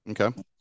okay